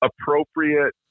appropriate